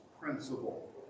principle